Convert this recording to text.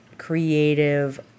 Creative